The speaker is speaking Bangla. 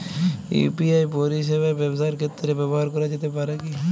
ইউ.পি.আই পরিষেবা ব্যবসার ক্ষেত্রে ব্যবহার করা যেতে পারে কি?